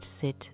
sit